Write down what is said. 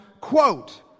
quote